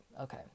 Okay